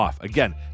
Again